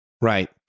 Right